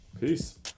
Peace